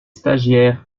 stagiaires